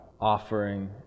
offering